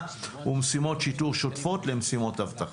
ומשימות שיטור שוטפות למשימות אבטחה".